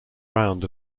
round